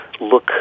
look